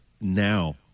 now